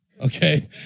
okay